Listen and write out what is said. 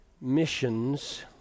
missions